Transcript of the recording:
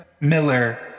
Miller